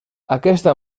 aquesta